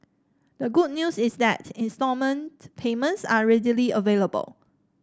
the good news is that instalment payments are readily available